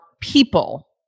people